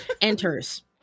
enters